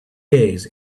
days